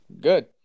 good